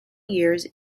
years